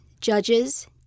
judges